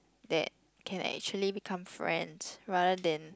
that can actually become friends rather than